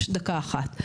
דקה אחת.